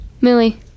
millie